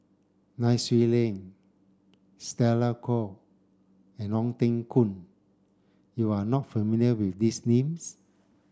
Nai Swee Leng Stella Kon and Ong Teng Koon you are not familiar with these names